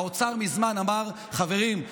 האוצר מזמן אמר: חברים,